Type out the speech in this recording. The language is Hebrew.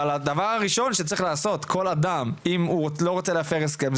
אבל הדבר הראשון שצריך לעשות כל אדם אם הוא לא רוצה להפר הסכם,